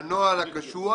לנוהל הקשוח.